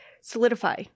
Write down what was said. solidify